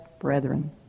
brethren